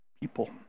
people